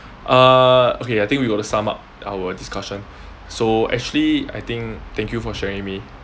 uh okay I think we got to sum up our discussion so actually I think thank you for sharing with me